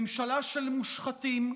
ממשלה של מושחתים,